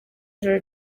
ijoro